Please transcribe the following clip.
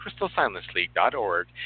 crystalsilenceleague.org